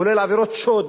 כולל עבירות שוד.